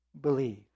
believe